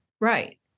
right